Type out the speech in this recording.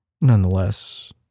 Nonetheless